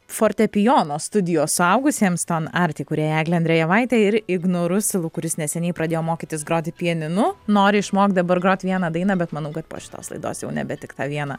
fortepijono studijos suaugusiems tanart kūrėja egle andrejevaite ir ignu rusilu kuris neseniai pradėjo mokytis groti pianinu nori išmokt dabar grot vieną dainą bet manau kad po šitos laidos jau nebe tik tą vieną